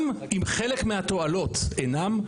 גם אם חלק מהתועלות אינן,